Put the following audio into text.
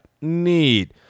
Neat